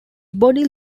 body